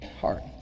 heart